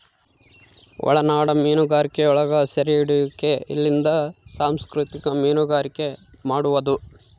ಒಳನಾಡ ಮೀನುಗಾರಿಕೆಯೊಳಗ ಸೆರೆಹಿಡಿಯುವಿಕೆಲಿಂದ ಸಂಸ್ಕೃತಿಕ ಮೀನುಗಾರಿಕೆ ಮಾಡುವದು